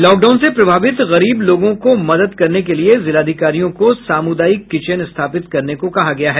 lockdown से प्रभावित गरीब लोगों को मदद करने के लिए जिलाधिकारियों को सामुदायिक किचेन स्थापित करने को कहा गया है